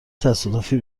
تصادفی